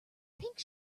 pink